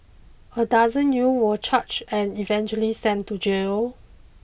a dozen youth were charged and eventually sent to jail